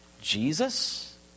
Jesus